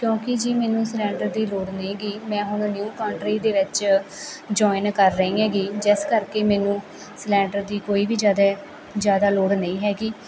ਕਿਉਂਕਿ ਜੀ ਮੈਨੂੰ ਸਲੈਂਡਰ ਦੀ ਲੋੜ ਨਹੀਂ ਗੀ ਮੈਂ ਹੁਣ ਨਿਊ ਕੰਟਰੀ ਦੇ ਵਿੱਚ ਜੁਆਇਨ ਕਰ ਰਹੀ ਹੈਗੀ ਜਿਸ ਕਰਕੇ ਮੈਨੂੰ ਸਲੈਂਡਰ ਦੀ ਕੋਈ ਵੀ ਜ਼ਿਆਦਾ ਜ਼ਿਆਦਾ ਲੋੜ ਨਹੀਂ ਹੈਗੀ